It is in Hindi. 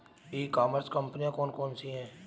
ई कॉमर्स कंपनियाँ कौन कौन सी हैं?